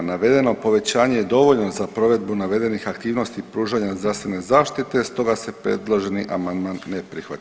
Navedeno povećanje je dovoljno za provedbu navedenih aktivnosti pružanja zdravstvene zaštite, stoga se predloženi amandman ne prihvaća.